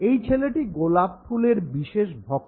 এই ছেলেটি গোলাপফুলের বিশেষ ভক্ত